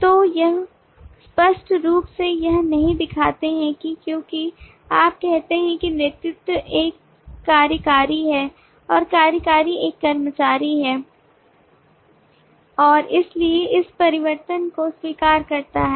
तो यो स्पष्ट रूप से यह नहीं दिखाते हैं कि क्योंकि आप कहते हैं कि नेतृत्व एक कार्यकारी है और कार्यकारी एक कर्मचारी है और इसलिए इस परिवर्तन को स्वीकार करता है